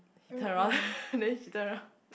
he turn around then she turn around